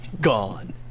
gone